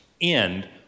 end